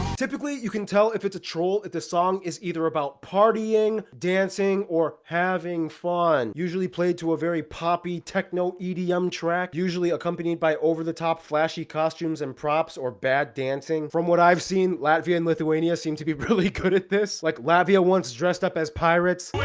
typically you can tell if it's a troll if the song is either about partying dancing or having fun usually played to a very poppy techno edm um track usually accompanied by over-the-top flashy costumes and props or bad dancing from what i've seen latvia and lithuania seem to be really good at this like la via. once dressed up as pirates